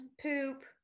poop